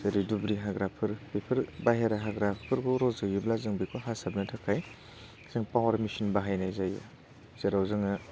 जेरै दुब्रि हाग्राफोर बेफोर बाइहेरा हाग्राफोरखौ रज'योब्ला जों बेखौ हास्रोदनो थाखाय जों पावार मेचिन बाहायनाय जायो जेराव जोङो